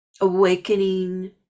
awakening